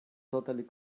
totally